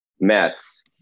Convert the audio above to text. Mets